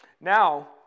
Now